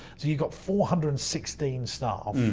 so you've got four hundred and sixteen staff.